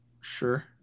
Sure